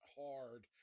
hard